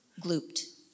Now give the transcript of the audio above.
Glooped